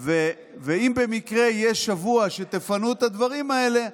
ואם במקרה יהיה שבוע שבו תפנו את הדברים האלה,